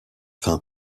fin